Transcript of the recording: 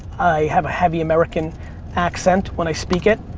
i have a heavy american accent when i speak it.